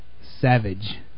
Savage